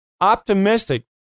Optimistic